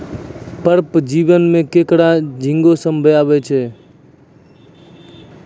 पर्पटीय जीव में केकड़ा, झींगा सभ्भे आवै छै